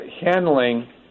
handling